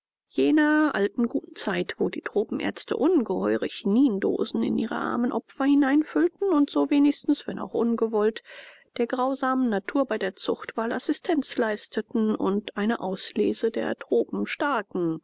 jener alten guten zeit wo die tropenärzte ungeheure chinindosen in ihre armen opfer hineinfüllten und so wenigstens wenn auch ungewollt der grausamen natur bei der zuchtwahl assistenz leisteten und eine auslese der